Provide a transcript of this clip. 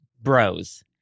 bros